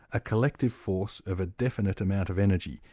a collective force of a definite amount of energy,